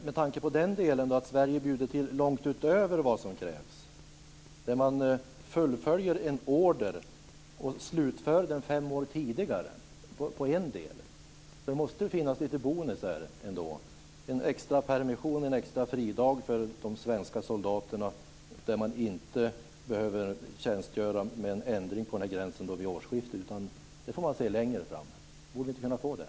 Med tanke på att Sverige bjuder till långt utöver vad som krävs - man fullföljer en order och slutför den fem år tidigare vad gäller en del - måste det finnas lite bonus här, en extra permission, en extra fridag, för de svenska soldaterna så att man inte behöver tjänstgöra med en ändring av gränsen vid årsskiftet, utan det får man se längre fram. Borde vi inte kunna få det?